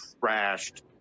trashed